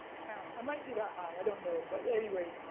a count, i might be that high, i don't know, but anyway,